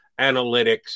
analytics